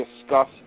discuss